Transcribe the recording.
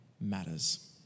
matters